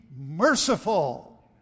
merciful